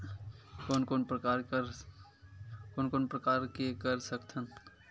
कोन कोन प्रकार के कर सकथ हन?